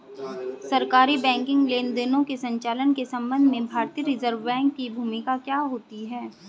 सरकारी बैंकिंग लेनदेनों के संचालन के संबंध में भारतीय रिज़र्व बैंक की भूमिका क्या होती है?